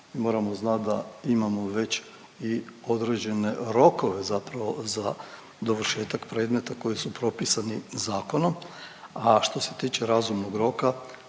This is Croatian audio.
moramo znat da imamo već i određene rokove zapravo za dovršetak predmeta koji su propisani zakonom, a što se tiče razumnog roka